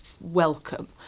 welcome